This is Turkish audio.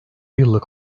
yıllık